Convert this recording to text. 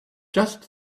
just